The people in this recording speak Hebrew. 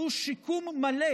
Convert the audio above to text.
שהוא שיקום מלא